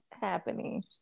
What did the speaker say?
happening